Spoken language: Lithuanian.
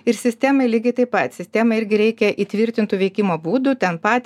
ir sistemai lygiai taip pat sistemai irgi reikia įtvirtintų veikimo būdų ten pat